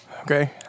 Okay